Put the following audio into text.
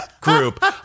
group